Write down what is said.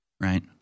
right